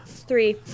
Three